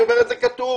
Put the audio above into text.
היא אומרת שזה כתוב.